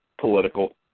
political